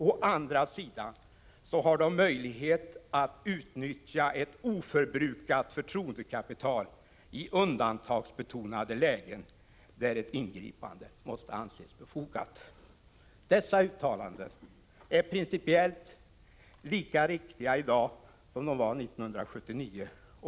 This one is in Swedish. Å andra sidan har de möjlighet att utnyttja ett oförbrukat förtroendekapital i undantagsbetonade lägen där ett ingripande måste anses befogat.” Dessa uttalanden är principiellt lika riktiga i dag som de var 1979.